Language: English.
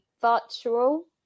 virtual